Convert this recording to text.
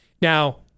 Now